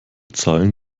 zahlen